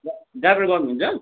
driver गर्नुहुन्छ